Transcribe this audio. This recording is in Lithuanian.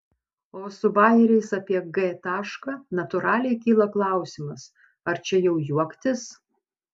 o su bajeriais apie g tašką natūraliai kyla klausimas ar čia jau juoktis